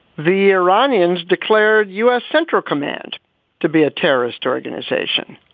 the iranians declared u s. central command to be a terrorist organization.